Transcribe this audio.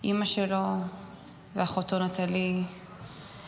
אימא שלו ואחותו נטלי ועוד.